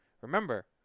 Remember